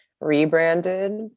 rebranded